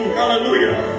hallelujah